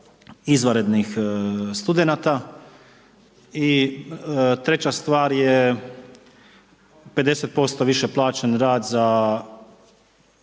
izvanrednih studenata i treća stvar je 50% više plaćen rad za